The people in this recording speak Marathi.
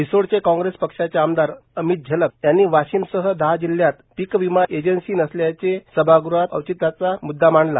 रिसोडचे कॉग्रेस पक्षाचे आमदार अमित झनक यांनी वाशिमसह दहा जिल्हयात पीक विमा एजन्सीची नसल्याचे सभागृहात औचित्याच्या मुददा मांडला